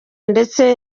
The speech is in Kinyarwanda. ndetse